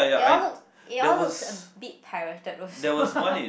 they all look they all look a bit pirated